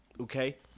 okay